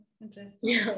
interesting